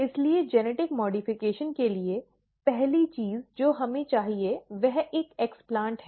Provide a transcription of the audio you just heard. इसलिए genetic modification के लिए पहली चीज जो हमें चाहिए वह एक एक्स्प्लैन्ट है